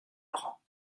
laurent